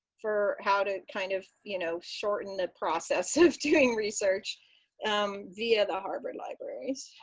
for how to kind of you know shorten the process of doing research via the harvard libraries.